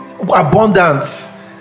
abundance